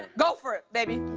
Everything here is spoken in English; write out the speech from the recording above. go for it, baby.